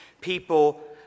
people